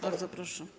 Bardzo proszę.